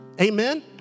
Amen